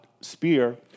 spear